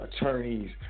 attorneys